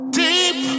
deep